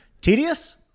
tedious